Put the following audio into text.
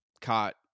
caught